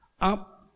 Up